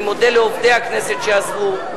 אני מודה לעובדי הכנסת שעזרו,